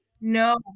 no